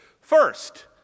First